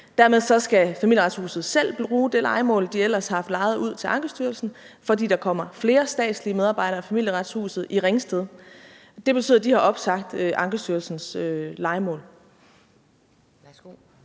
Dermed skal Familieretshuset selv bruge det lejemål, de ellers har haft lejet ud til Ankestyrelsen, fordi der kommer flere statslige medarbejdere i Familieretshuset i Ringsted. Det betyder, at de har opsagt Ankestyrelsens lejemål.